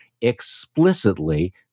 explicitly